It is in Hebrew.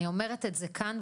אני אומרת את זה כאן,